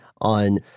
on—